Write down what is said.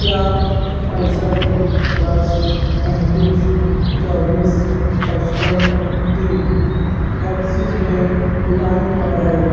کیا پینسٹھ دس پینتیس چوبیس پچپن تین ایکسز بینک لائم پر ہے